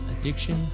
addiction